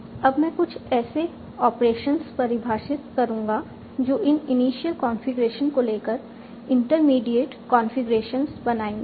अब मैं कुछ ऐसे ऑपरेशंस परिभाषित करूंगा जो इन इनिशियल कॉन्फ़िगरेशन को लेकर इंटरमीडिएट कंफीग्रेशंस बनाएंगे